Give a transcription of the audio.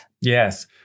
Yes